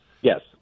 Yes